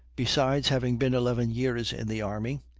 besides having been eleven years in the army,